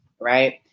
right